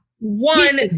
one